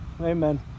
amen